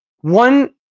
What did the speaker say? one